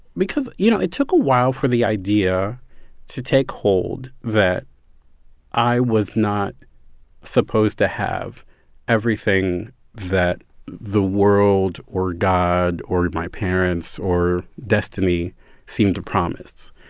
because, you know, it took a while for the idea to take hold that i was not supposed to have everything that the world or god or my parents or destiny seemed to promise.